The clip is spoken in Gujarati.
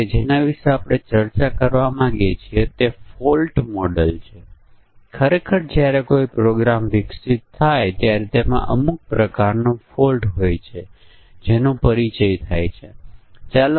કારણ અસર ગ્રાફ વિશે ખરેખર ખૂબ ચર્ચા કર્યા વિના તે ખૂબ જ સરળ છે આપણે આ ઉદાહરણને હલ કરવાનો પ્રયાસ કરી શકીએ છીએ અને પછી તમે કારણ અસર ગ્રાફ શું છે તે વિશે જોશો